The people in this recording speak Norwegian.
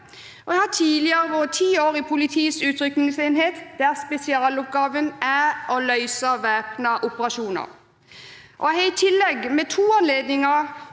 jeg har tidligere vært ti år i politiets utrykningsenhet, der spesialoppgaven er å løse væpnede oppdrag. Jeg har i tillegg ved to anledninger